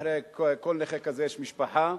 מאחורי כל נכה כזה יש משפחה,